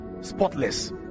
spotless